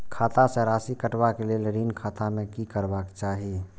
खाता स राशि कटवा कै लेल ऋण खाता में की करवा चाही?